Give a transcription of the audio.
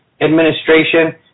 administration